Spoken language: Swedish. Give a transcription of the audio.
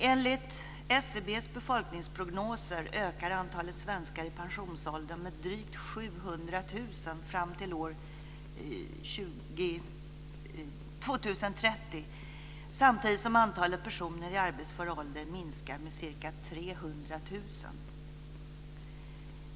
Enligt SCB:s befolkningsprognoser ökar antalet svenskar i pensionsåldern med drygt 700 000 fram till år 2030 samtidigt som antalet personer i arbetsför ålder minskar med ca 300 000.